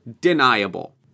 Deniable